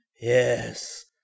Yes